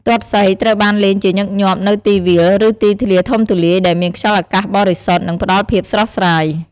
ទាត់សីត្រូវបានលេងជាញឹកញាប់នៅទីវាល ឬទីធ្លាធំទូលាយ ដែលមានខ្យល់អាកាសបរិសុទ្ធ និងផ្ដល់ភាពស្រស់ស្រាយ។